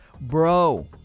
bro